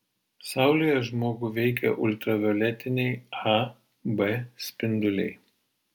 saulėje žmogų veikia ultravioletiniai a b spinduliai